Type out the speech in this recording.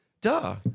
duh